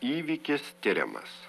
įvykis tiriamas